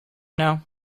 know